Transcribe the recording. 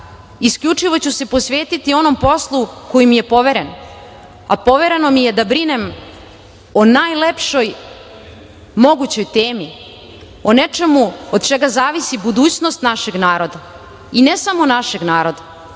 Isključivo ću se posvetiti onom poslu koji mi je poveren, a povereno mi je da brinem o najlepšoj mogućoj temi, o nečemu od čega zavisi budućnost našeg naroda, i ne samo našeg naroda,